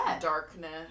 Darkness